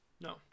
No